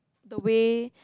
the way